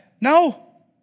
No